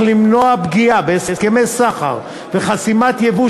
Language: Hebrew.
אך למנוע פגיעה בהסכמי סחר וחסימת ייבוא